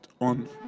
On